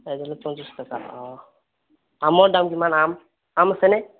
এডালত পঞ্চাছ টকা অ আমৰ দাম কিমান আম আম আছেনে